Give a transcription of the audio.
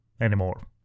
anymore